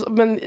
men